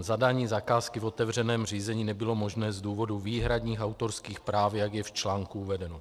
Zadání zakázky v otevřeném řízení nebylo možné z důvodu výhradních autorských práv, jak je v článku uvedeno.